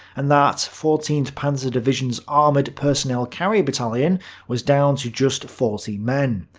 and that fourteenth panzer division's armoured personnel carrier battalion was down to just forty men.